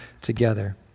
together